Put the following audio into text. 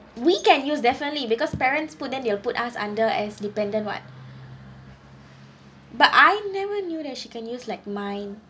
we can use definitely because parents but then they'll put us under as dependent what but I never knew that she can use like mine